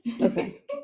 Okay